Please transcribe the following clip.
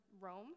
Rome